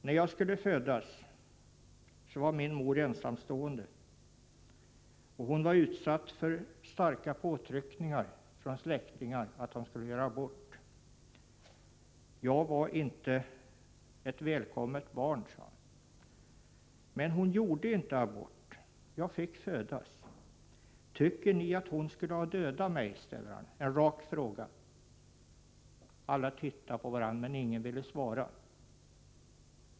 När jag skulle födas var min mor ensamstående. Hon var utsatt för starka påtryckningar från släktingar om att göra abort. Jag var inte ett välkommet barn. Men hon gjorde inte abort, och jag fick födas. Tycker ni att hon skulle ha dödat mig? Han ställde denna raka fråga. Alla tittade på varandra, men ingen ville svara.